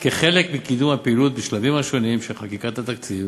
כחלק מקידום הפעילות בשלבים השונים של חקיקת התקציב